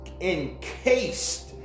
encased